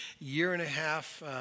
year-and-a-half